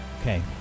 Okay